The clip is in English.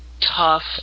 tough –